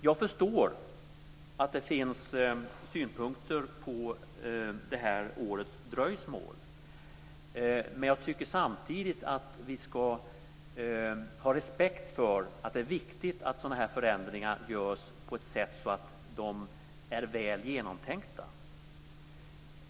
Jag förstår att det finns synpunkter på det här årets dröjsmål, men jag tycker samtidigt att vi ska ha respekt för att det är viktigt att sådana här förändringar görs på ett sådant sätt att de är väl genomtänkta.